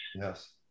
Yes